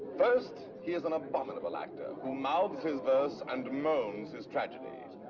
first, he is an abominable actor, who mouths his verse and moans his tragedies.